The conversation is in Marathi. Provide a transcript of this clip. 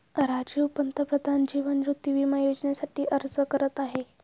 राजीव पंतप्रधान जीवन ज्योती विमा योजनेसाठी अर्ज करत आहे